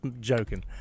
joking